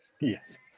Yes